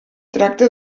tracta